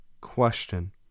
question